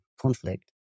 conflict